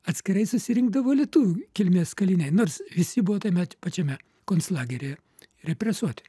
atskirai susirinkdavo lietuvių kilmės kaliniai nors visi buvo tame pačiame konclageryje represuoti